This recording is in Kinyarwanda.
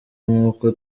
nk’uko